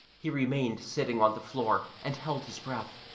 he remained sitting on the floor and held his breath,